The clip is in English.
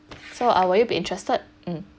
so uh will you be interested